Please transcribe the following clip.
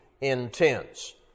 intense